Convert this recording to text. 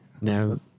No